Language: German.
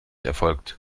erfolgt